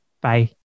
Bye